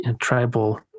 tribal